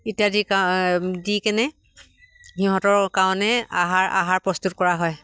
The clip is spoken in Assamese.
ইত্যাদি দি কেনে সিহঁতৰ কাৰণে আহাৰ আহাৰ প্ৰস্তুত কৰা হয়